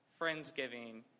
Friendsgiving